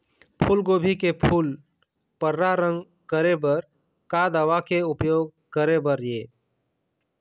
फूलगोभी के फूल पर्रा रंग करे बर का दवा के उपयोग करे बर ये?